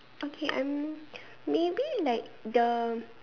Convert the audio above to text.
okay um maybe like the